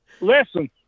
Listen